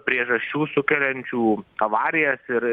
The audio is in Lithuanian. priežasčių sukeliančių avarijas ir